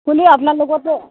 কোনে আপোনালোকৰতো